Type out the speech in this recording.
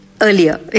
earlier